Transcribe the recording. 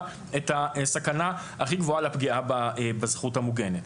את הסכנה הכי גבוהה לפגיעה בזכות המוגנת.